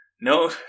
No